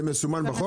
זה מסומן בחוק?